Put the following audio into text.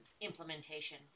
implementation